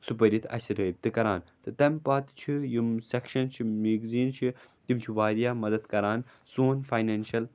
سُہ پٔرِتھ آسہِ رٲبطہٕ کران تہٕ تَمہِ پَتہٕ چھُ یِم سیکشَن چھُ میگزیٖن چھُ تِم چھِ واریاہ مَدتھ کران سون فاینانشَل